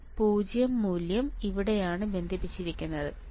ഈ 0 മൂല്യം ഇവിടെയാണ് ബന്ധിപ്പിച്ചിരിക്കുന്നത്